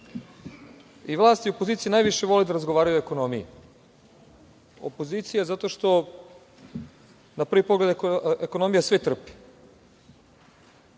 vlast i opozicija najviše vole da razgovaraju o ekonomiji. Opozicija zato što, na prvi pogled ekonomija sve trpi,